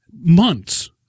months